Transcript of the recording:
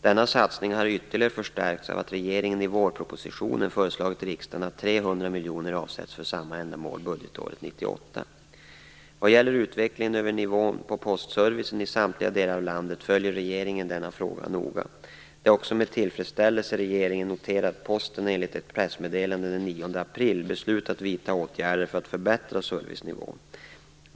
Denna satsning har ytterligare förstärkts av att regeringen i vårpropositionen föreslagit riksdagen att 300 miljoner kronor avsätts för samma ändamål budgetåret 1998. Utvecklingen av nivån på postservicen i samtliga delar av landet följer regeringen noga. Det är också med tillfredsställelse regeringen noterat att Posten, enligt ett pressmeddelande från den 9 april, beslutat vidta åtgärder för att förbättra servicenivån.